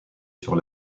sur